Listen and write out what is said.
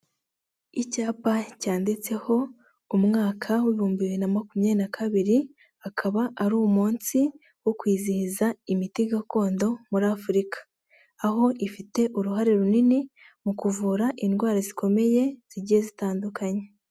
Icyapa cyanditseho umwaka w'ibihumbi bibiri na makumyabiri na kabiri, akaba ari umunsi wo kwizihiza imiti gakondo muri Afurika; aho ifite uruhare runini mu kuvura indwara zikomeye zigiye zitandukanye.